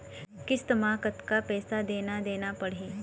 किस्त म कतका पैसा देना देना पड़ही?